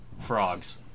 frogs